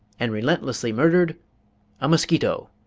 and relentlessly murdered a mosquito!